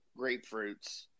grapefruits